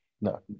No